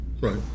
right